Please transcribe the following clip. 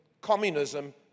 communism